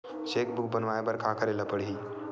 Cheque book बनवाय बर का करे ल पड़हि?